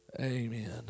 Amen